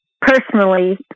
personally